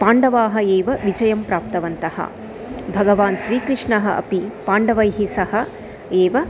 पाण्डवाः एव विजयं प्राप्तवन्तः भगवान् श्रीकृष्णः अपि पाण्डवैः सह एव